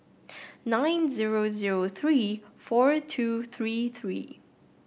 nine zero zero three four two three three